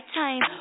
time